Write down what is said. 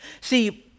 See